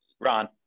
Ron